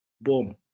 Boom